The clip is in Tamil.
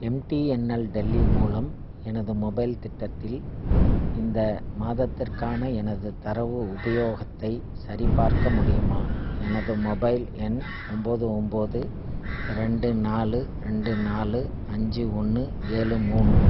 எம்டிஎன்எல் டெல்லி மூலம் எனது மொபைல் திட்டத்தில் இந்த மாதத்திற்கான எனது தரவு உபயோகத்தைச் சரிபார்க்க முடியுமா எனது மொபைல் எண் ஒம்பது ஒம்பது ரெண்டு நாலு ரெண்டு நாலு அஞ்சு ஒன்று ஏழு மூணு